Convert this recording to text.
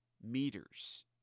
meters